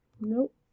Nope